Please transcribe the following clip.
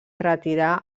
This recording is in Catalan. retirà